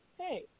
hey